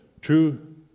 true